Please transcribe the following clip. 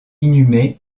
inhumé